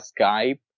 Skype